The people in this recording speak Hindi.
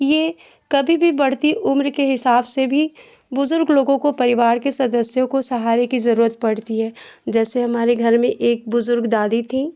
यह कभी भी बढ़ती उम्र के हिसाब से भी बुज़ुर्ग लोगों को परिवार के सदस्यों को सहारे की ज़रूरत पड़ती है जैसे हमारे घर में एक बुज़ुर्ग दादी थीं